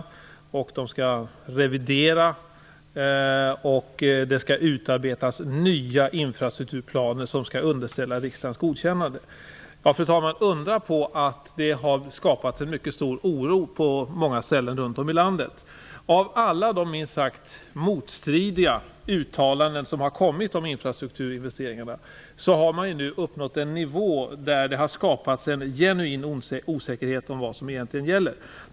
Vidare skall det ske en revidering, och det skall utarbetas nya infrastrukturplaner som skall underställas riksdagens godkännande. Fru talman! Inte undra på att det har skapats en mycket stor oro på många ställen runt om i landet. Av alla, minst sagt, motstridiga uttalanden som har kommit om infrastrukturinvesteringarna har man nu uppnått en nivå där det skapats en genuin osäkerhet om vad som egentligen gäller.